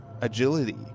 agility